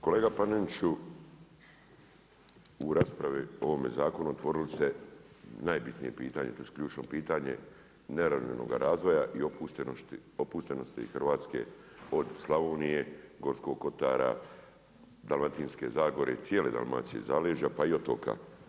Kolega Paneniću u raspravi o ovome zakonu otvorili ste najbitnije pitanje tj. ključno pitanje neravnomjernoga razvoja i opustošenosti Hrvatske od Slavonije, Gorskog kotara, Dalmatinske zagore i cijele Dalmacije i zaleđa pa i otoka.